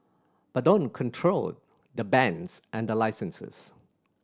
but don't control the bands and the licenses